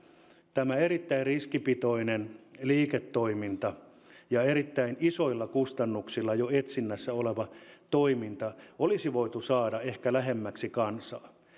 tämä erittäin riskipitoinen liiketoiminta ja erittäin isoilla kustannuksilla jo etsinnässä oleva toiminta olisi voitu saada ehkä lähemmäksi kansaa